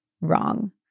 wrong